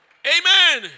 Amen